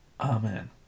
Amen